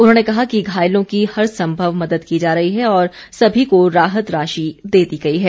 उन्होंने कहा कि घायलों की हर संभव मदद की जा रही है और सभी को राहत राशि दे दी गई है